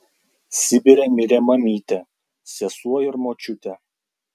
sibire mirė mamytė sesuo ir močiutė